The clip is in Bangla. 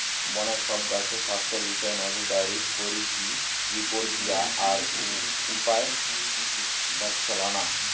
বনের সব গাছের স্বাস্থ্য বিষয়ে নজরদারি করিকি রিপোর্ট দিয়া আর উপায় বাৎলানা